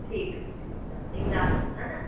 ठीकु आहे ठीकु आहे ईंदासि हा न